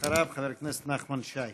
אחריו, חבר הכנסת נחמן שי.